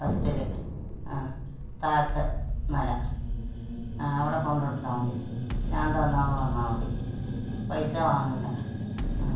ഫസ്റ്റിൽ ആ താഴത്തെ നില ആ അവിടെ കൊണ്ടുകൊടുത്താൽ മതി ഞാൻ തന്നതാണെന്ന് പറഞ്ഞാൽ മതി പൈസ വാങ്ങേണ്ട ആ